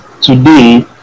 today